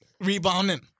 rebounding